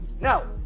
Now